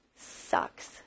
sucks